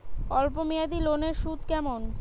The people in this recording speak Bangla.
অল্প মেয়াদি লোনের সুদ কেমন?